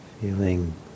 feeling